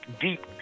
deep